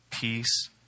Peace